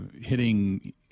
hitting